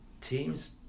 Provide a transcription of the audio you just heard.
teams